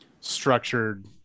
structured